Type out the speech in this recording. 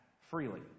freely